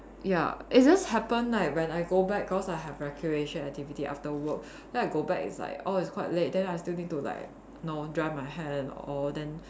ya it just happen like when I go back cause I have recreation activity after work then I go back it's like oh it's quite late then I still need to like know dry my hair and all then